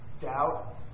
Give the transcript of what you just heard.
doubt